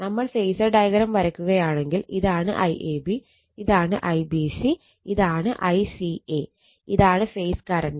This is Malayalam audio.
നമ്മൾ ഫേസർ ഡയഗ്രം വരക്കുകയാണെങ്കിൽ ഇതാണ് IAB ഇതാണ് IBC ഇതാണ് ICA ഇതാണ് ഫേസ് കറണ്ട്